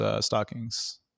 stockings